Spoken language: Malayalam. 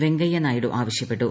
വെങ്കയ്യ നായിഡു ആവശ്യപ്പെട്ടു